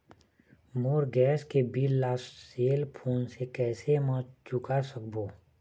मोर gas के bill ला cell phone से कैसे म चुका सकबो?